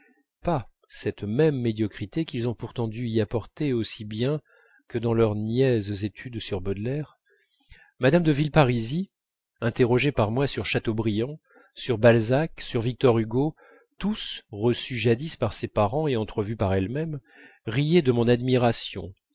pas cette même médiocrité qu'ils ont pourtant dû y apporter aussi bien que dans leurs niaises études sur baudelaire mme de villeparisis interrogée par moi sur chateaubriand sur balzac sur victor hugo tous reçus jadis par ses parents et entrevus par elle-même riait de mon admiration